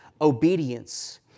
obedience